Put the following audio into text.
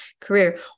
career